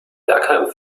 bergheim